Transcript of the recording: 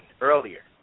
earlier